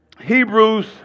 Hebrews